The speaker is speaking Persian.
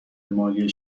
مالی